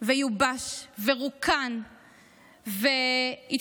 ויובש ורוקן והתפורר.